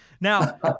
Now